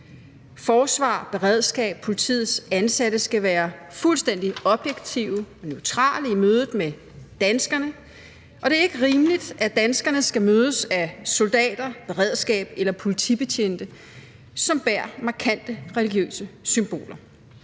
Forsvarets, beredskabets og politiets ansatte skal være fuldstændig objektive og neutrale i mødet med danskerne, og det er ikke rimeligt, at danskerne skal mødes af soldater, beredskab eller politibetjente, som bærer markante religiøse symboler.